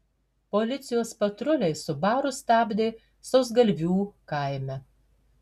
policijos patruliai subaru stabdė sausgalvių kaime